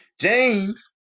James